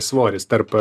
svoris tarp